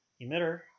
emitter